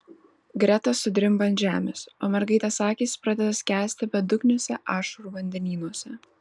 greta sudrimba ant žemės o mergaitės akys pradeda skęsti bedugniuose ašarų vandenynuose